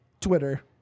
Twitter